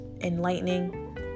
enlightening